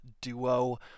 duo